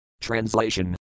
Translation